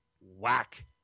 whack